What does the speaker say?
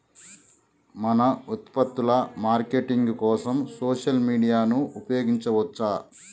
మన ఉత్పత్తుల మార్కెటింగ్ కోసం సోషల్ మీడియాను ఉపయోగించవచ్చా?